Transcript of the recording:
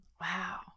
Wow